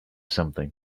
something